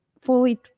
fully